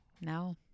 no